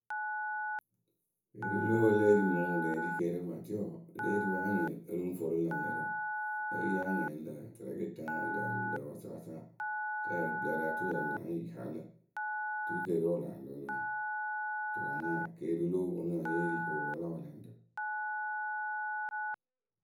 keeriwǝ le wɨ we e lée ri mɨŋ wɨ lee ri keeri kpatɩ wǝǝ e lée ri wɨ anyɩŋ ǝ lɨŋ vo rɨ lä lɛrǝ e yi anyɩŋ ǝ lǝ tǝrɛ kɨtɨŋ ǝ lǝǝ lǝ wasawasa. rɛɛ lɛrǝ oturu ya láa haa lǝ̈ oturu keeriwǝ wǝ laa lɔ lǝ̈ to wǝ la nya keeriwǝ le wɨ we wɨ ponu wǝ́ yée ri kɨ wɨ lɔ la wɛlɛŋrǝ.